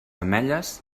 ametlles